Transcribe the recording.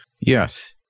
Yes